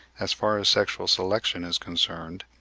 as far as sexual selection is concerned,